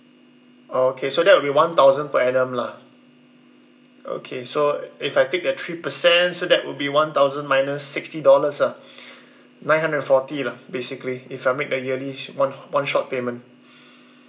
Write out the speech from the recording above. oh okay so that will be one thousand per annum lah okay so if I take the three percent so that would be one thousand minus sixty dollars ah nine hundred and forty lah basically if I make the yearly sh~ one one shot payment